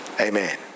Amen